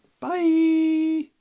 Bye